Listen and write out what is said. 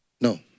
no